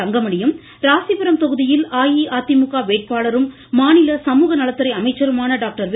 தங்கமணியும் ராசிபுரம் தொகுதியில் அஇஅதிமுக வேட்பாளரும் மாநில சமூகநலத்துறை அமைச்சருமான டாக்டர் வே